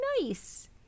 nice